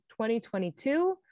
2022